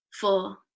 Four